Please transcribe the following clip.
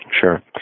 Sure